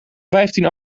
vijftien